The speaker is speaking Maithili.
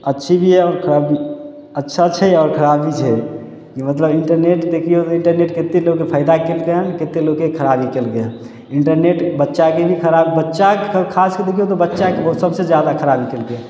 अच्छी भी हय आओर खराब भी अच्छा छै आओर खराब भी छै मतलब इन्टरनेट देखियौ इन्टरनेट केते लोकके फायदा कयलकनि केते लोक खराबी कयलकनि इन्टरनेट बच्चाके भी खराबी बच्चाके खासकऽ देखियौ तऽ बच्चाके बहुत सभसँ जादा खराबी कयलकय